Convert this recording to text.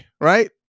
right